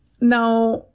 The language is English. Now